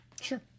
Sure